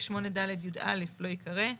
לא יקרא.